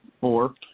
Four